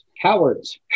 Cowards